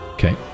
Okay